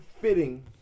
fitting